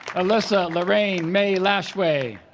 alyssa lorraine mae lashway